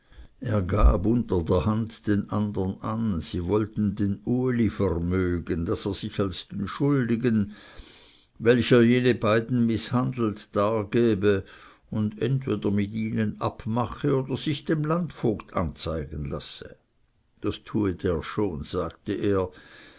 er gab unter der hand den andern an sie wollten den uli vermögen daß er sich als den schuldigen welcher jene beiden mißhandelt dargebe und entweder mit ihnen abmache oder sich dem landvogt anzeigen lasse das tue der schon sagte er